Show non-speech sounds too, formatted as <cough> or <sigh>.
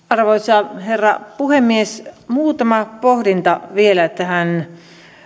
<unintelligible> arvoisa herra puhemies muutama pohdinta vielä tähän